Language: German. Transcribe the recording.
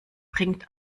bringt